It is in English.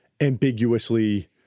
ambiguously